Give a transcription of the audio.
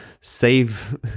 save